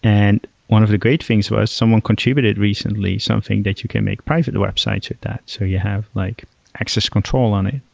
and one of the great things was someone contributed recently something that you can make private websites at that. so you have like access control on it.